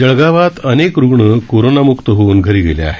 जळगावात अनेक रुग्ण कोरोनामुक्त होऊन घरी गेले आहेत